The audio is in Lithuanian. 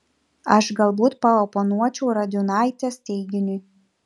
aš galbūt paoponuočiau radiunaitės teiginiui